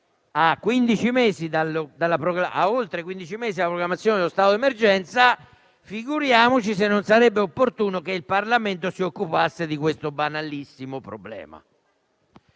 a oltre quindici mesi dalla proclamazione dello stato d'emergenza, figuriamoci se non sarebbe opportuno che il Parlamento si occupasse di questo banalissimo problema.